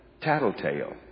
Tattletale